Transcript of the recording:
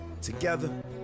together